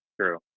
True